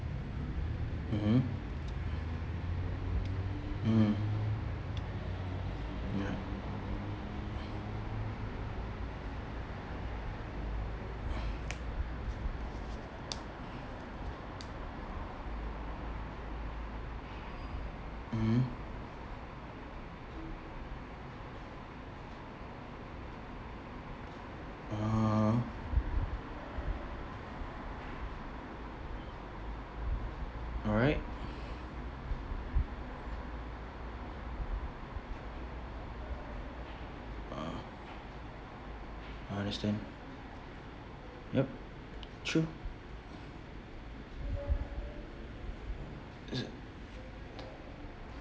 mmhmm mmhmm ya mmhmm ah alright oh understand yup true